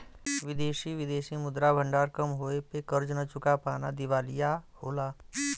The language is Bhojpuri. विदेशी विदेशी मुद्रा भंडार कम होये पे कर्ज न चुका पाना दिवालिया होला